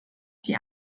die